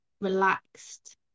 relaxed